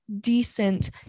decent